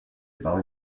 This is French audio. par